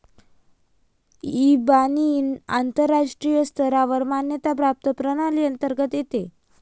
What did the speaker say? इबानी आंतरराष्ट्रीय स्तरावर मान्यता प्राप्त प्रणाली अंतर्गत येते